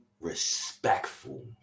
respectful